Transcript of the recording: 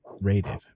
rated